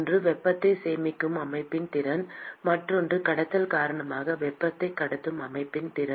ஒன்று வெப்பத்தை சேமிக்கும் அமைப்பின் திறன் மற்றொன்று கடத்தல் காரணமாக வெப்பத்தை கடத்தும் அமைப்பின் திறன்